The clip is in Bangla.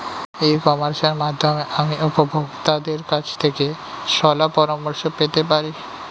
ই কমার্সের মাধ্যমে আমি উপভোগতাদের কাছ থেকে শলাপরামর্শ পেতে পারি?